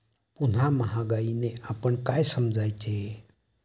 पुन्हा महागाईने आपण काय समजायचे?